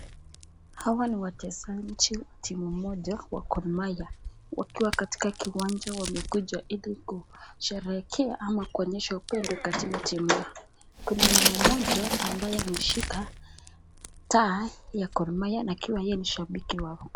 Hawa ni wachezaji wa timu moja wa Gormahia wakiwa katika kiwanja wamekuja ili kusherehekea ama kuonyesha upendo katika yao. Kuna mama mmoja ambaye ameshika tai ya Gormahia na akiwa yeye ni shabiki wa.